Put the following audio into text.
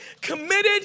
committed